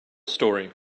story